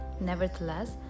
Nevertheless